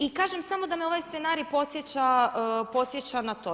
I kažem samo, da me ovaj scenarij podsjeća na to.